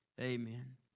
Amen